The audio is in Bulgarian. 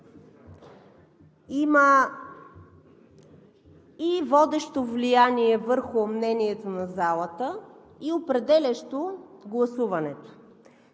има и водещо влияние върху мнението на залата, и определящо гласуването.